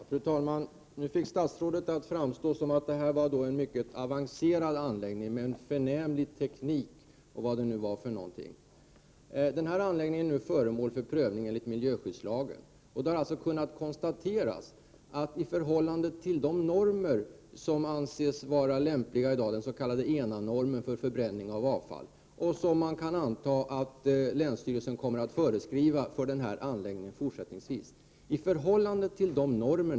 Fru talman! Nu fick statsrådet det att framstå som om detta är en mycket avancerad anläggning med en förnämlig teknik, och vad det nu var för någonting. Denna anläggning är nu föremål för prövning enligt miljöskyddslagen. Det har kunnat konstateras att man ligger tio gånger över de normer som anses vara lämpliga i dag, den s.k. ENA-normen för förbränning av avfall, som man kan anta att länsstyrelsen kommer att föreskriva för denna anläggning fortsättningsvis.